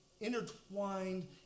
intertwined